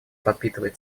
подпитывает